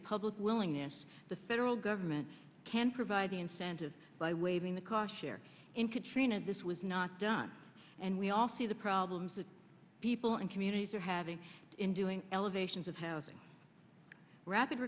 the public willingness the federal government can provide the incentive by waving the cochere in katrina this was not done and we all see the problems that people in communities are having in doing elevations of housing rapid